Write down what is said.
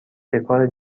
ابتکار